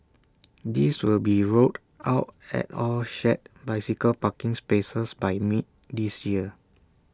these will be rolled out at all shared bicycle parking spaces by mid this year